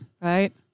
right